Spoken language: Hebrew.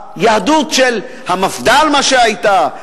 היהדות של המפד"ל, מה שהיתה,